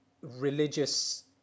religious